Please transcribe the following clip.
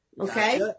Okay